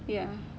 ya